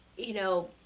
you know,